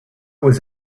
was